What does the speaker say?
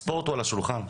הספורט הוא על השולחן,